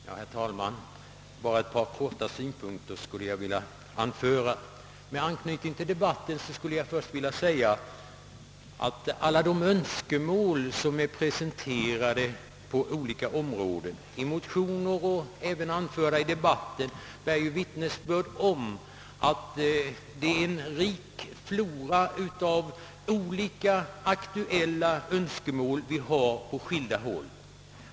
Herr talman! Jag skulle bara vilja anföra några kortfattade synpunkter. Med anknytning till debatten skulle jag först vilja framhålla att alla de önskemål, som är presenterade på olika områden — i motioner och även här i debatten — bär vittnesbörd om att det finns en rik flora av olika aktuella önskemål på skilda håll.